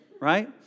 right